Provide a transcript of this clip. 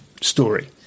story